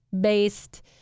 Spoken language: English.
based